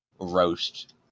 roast